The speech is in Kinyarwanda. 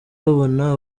babona